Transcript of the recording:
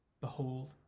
Behold